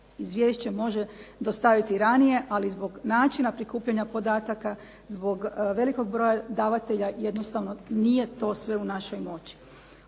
izvješće može dostaviti ranije, ali zbog načina prikupljanja podataka, zbog velikog broja davatelja jednostavno nije to sve u našoj moći.